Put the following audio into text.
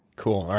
cool.